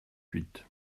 huit